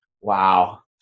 wow